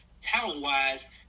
talent-wise